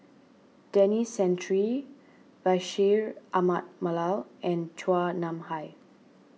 Denis Santry Bashir Ahmad Mallal and Chua Nam Hai